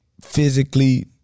physically